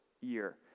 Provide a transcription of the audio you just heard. year